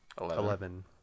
Eleven